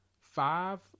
five